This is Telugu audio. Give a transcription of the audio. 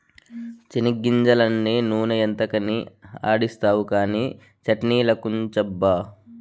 చెనిగ్గింజలన్నీ నూనె ఎంతకని ఆడిస్తావు కానీ చట్ట్నిలకుంచబ్బా